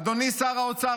אדוני שר האוצר,